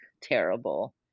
terrible